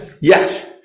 Yes